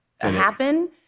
happen